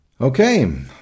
Okay